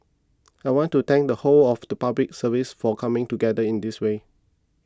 I want to thank the whole of the Public Service for coming together in this way